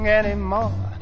anymore